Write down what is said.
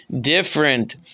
different